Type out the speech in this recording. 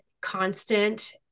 constant